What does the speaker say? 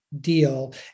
deal